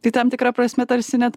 tai tam tikra prasme tarsi net